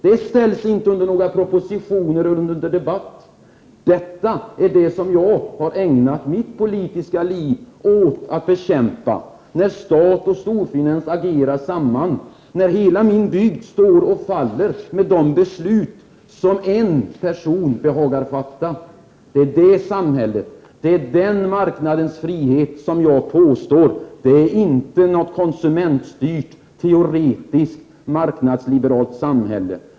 Det tas inte upp i någon proposition och ställs inte under debatt. Det är detta som jag har ägnat mitt politiska liv åt att bekämpa — när stat och storfinans agerar samman, när hela min bygd står och faller med de beslut som en person behagar fatta. Jag påstår att det samhället, med den marknadens frihet, inte är något konsumentstyrt, teoretiskt marknadsliberalt samhälle.